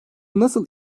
nasıl